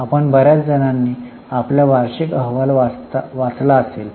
आपण बर्याच जणांनी आपला वार्षिक अहवाल वाचला असेल